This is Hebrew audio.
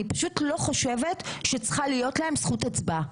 אני פשוט לא חושבת שצריכה להיות להם זכות הצבעה.